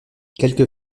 quelque